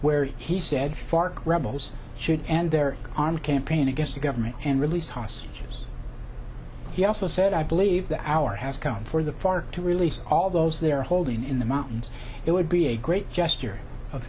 where he said fark rebels should and their on a campaign against the government and release hostages he also said i believe that hour has come for the fark to release all those they're holding in the mountains it would be a great gesture of